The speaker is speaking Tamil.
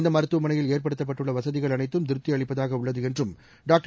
இந்தமருத்துவமனையில் ஏற்படுத்தப்பட்டுள்ளவசதிகள் அனைத்தும் திருப்திஅளிப்பதாகஉள்ளதுஎன்றும் டாக்டர்